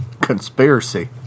Conspiracy